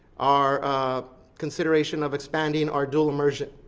our ah consideration of expanding our dual immersion